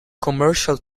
commercial